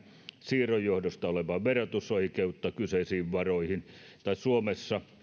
siirron johdosta verotusoikeutta kyseisiin varoihin tai suomessa